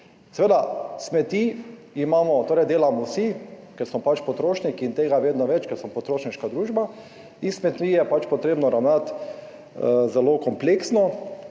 Seveda smeti delamo vsi, ker smo pač potrošniki, in tega je vedno več, ker smo potrošniška družba, in s smetmi je potrebno ravnati zelo kompleksno.